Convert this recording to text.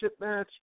match